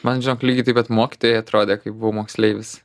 man žinok lygiai taip pat mokytojai atrodė kai buvau moksleivis